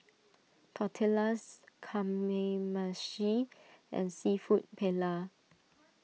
Tortillas Kamameshi and Seafood Paella